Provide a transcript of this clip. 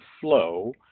flow